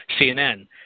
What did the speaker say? CNN